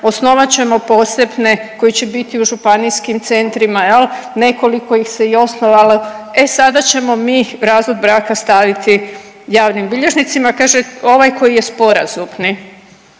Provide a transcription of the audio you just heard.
osnovat ćemo posebne koji će biti u županijskim centrima, je l', nekoliko ih i osnovalo, e sada ćemo mi razvod braka staviti javnim bilježnicima, kaže ovaj koji je sporazumni.